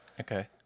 Okay